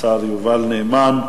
השר יובל נאמן.